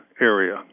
area